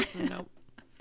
nope